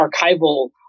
archival